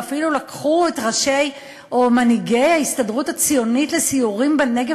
ואפילו לקחו את מנהיגי ההסתדרות הציונית לסיורים בנגב